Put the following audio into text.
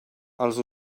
els